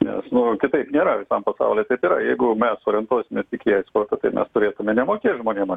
nes nu kitaip nėra visam pasauly taip yra jeigu mes orientuosimės tik į eksportą nu tai mes turėtumėm nemokėt žmonėm